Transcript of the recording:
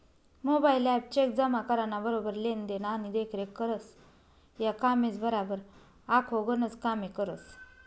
mobile app cheque जमा कराना बराबर लेन देन आणि देखरेख करस, या कामेसबराबर आखो गनच कामे करस